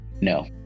no